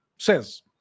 says